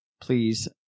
please